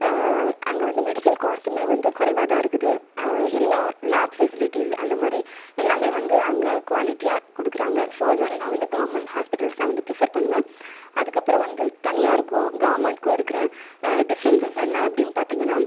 அங்கே வந்து மெடிக்கல் காஸ்ட்டுமே வந்து குறைவாதான் இருக்குது எல்லா லேப் ஃபெசிலிட்டிஸ் அந்தமாரி எல்லாமே வந்து அங்கே க்வேலிட்டியா கொடுக்கறாங்க ஸோ அதனால் நான் வந்து கவர்மெண்ட் ஹாஸ்பிட்டல்ஸ் தான் வந்து ப்ரிஃபர் பண்ணுவேன் அதுக்கப்பறம் வந்து தனியாருக்கும் கவர்மெண்ட்க்கும் இருக்கிற டிஃபரன்ஸ்ஸஸ் என்ன அப்படினு பார்த்திங்கன்னா